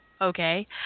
okay